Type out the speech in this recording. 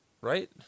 Right